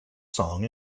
song